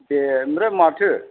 दे ओमफ्राय माथो